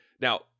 Now-